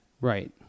Right